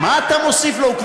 אנחנו רוצים, מה אתה מוסיף לו?